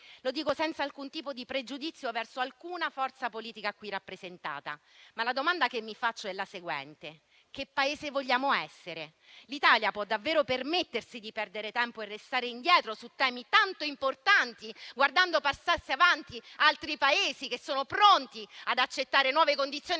lo dico senza alcun tipo di pregiudizio verso alcuna forza politica qui rappresentata. Ma la domanda che mi faccio è la seguente: che Paese vogliamo essere? L'Italia può davvero permettersi di perdere tempo e restare indietro su temi tanto importanti, guardando passarsi avanti altri Paesi che sono pronti ad accettare nuove condizioni